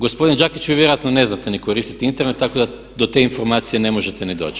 Gospodin Đakić vi vjerojatno ne znate ni koristiti Internet tak da do te informacije ne možete ni doći.